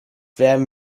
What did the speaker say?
wärmen